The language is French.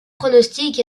pronostic